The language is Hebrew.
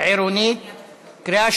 התקשורת (בזק ושידורים) (תיקון מס'